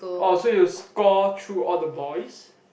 orh so you score through all the boys